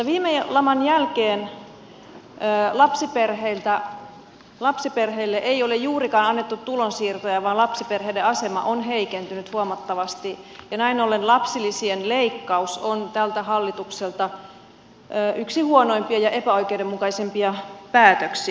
viime laman jälkeen lapsiperheille ei ole juurikaan annettu tulonsiirtoja vaan lapsiperheiden asema on heikentynyt huomattavasti ja näin ollen lapsilisien leikkaus on tältä hallitukselta yksi huonoimpia ja epäoikeudenmukaisimpia päätöksiä